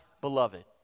beloved